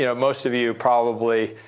yeah most of you probably,